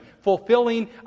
fulfilling